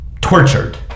tortured